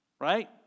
right